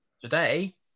Today